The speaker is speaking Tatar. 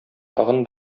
тагын